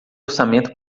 orçamento